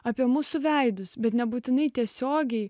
apie mūsų veidus bet nebūtinai tiesiogiai